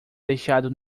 deixado